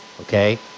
okay